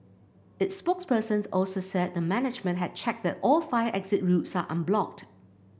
its spokesperson also said the management had checked that all fire exit routes are unblocked